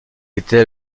était